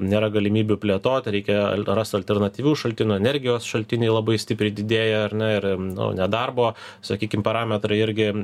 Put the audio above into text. nėra galimybių plėtot reikia rast alternatyvių šaltinių energijos šaltiniai labai stipriai didėja ar ne ir nu nedarbo sakykim parametrai irgi